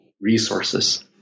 resources